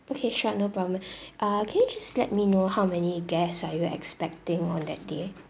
okay sure no problem uh can you just let me know how many guests are you expecting on that day